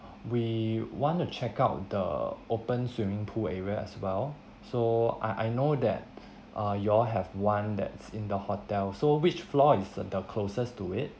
we want to check out the open swimming pool area as well so I I know that uh you all have one that's in the hotel so which floor is the the closest to it